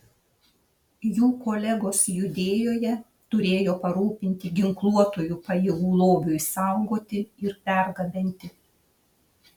jų kolegos judėjoje turėjo parūpinti ginkluotųjų pajėgų lobiui saugoti ir pergabenti